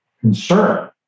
concern